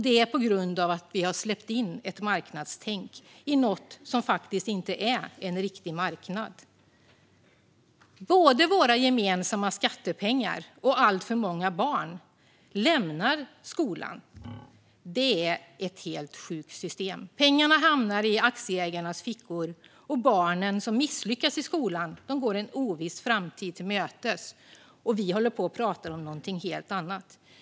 Det är på grund av att vi har släppt in ett marknadstänk i något som faktiskt inte är en riktig marknad. Både våra gemensamma skattepengar och alltför många barn lämnar skolan. Det är ett helt sjukt system. Pengarna hamnar i aktieägarnas fickor, barnen som misslyckas i skolan går en oviss framtid till mötes - och vi håller på och pratar om något helt annat.